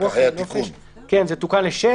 לאירוח ולנופש זה תוקן ל-6